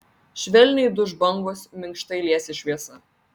švelniai duš bangos minkštai liesis šviesa